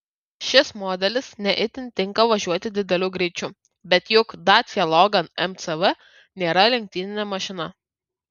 šis modelis ne itin tinka važiuoti dideliu greičiu bet juk dacia logan mcv nėra lenktyninė mašina